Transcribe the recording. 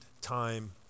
time